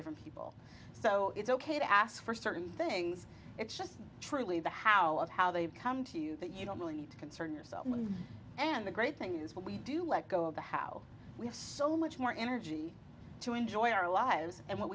different people so it's ok to ask for certain things it's just truly the how of how they've come to you that you don't really need to concern yourself with and the great thing is what we do let go of the how we have so much more energy to enjoy our lives and what